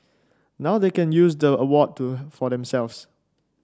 now they can use the award to for themselves